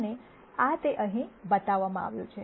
અને આ તે અહીં બતાવવામાં આવ્યું છે